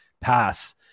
pass